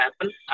happen